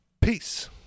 Peace